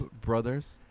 Brothers